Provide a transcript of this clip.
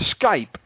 Skype